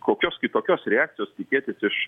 kokios kitokios reakcijos tikėtis iš